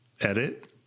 edit